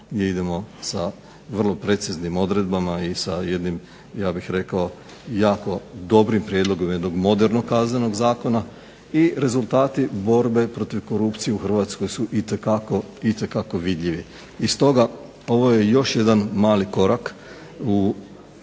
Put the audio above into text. idemo sa vrlo preciznim odredbama i sa jednim ja bih rekao jako dobrim prijedlogom jednog modernog Kaznenog zakona. I rezultati borbe protiv korupcije u Hrvatskoj su itekako vidljivi. I stoga, ovo je još jedan mali korak u